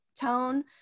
tone